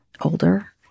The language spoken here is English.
older